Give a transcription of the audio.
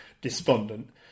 despondent